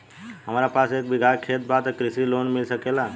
हमरा पास एक बिगहा खेत बा त कृषि लोन मिल सकेला?